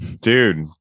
Dude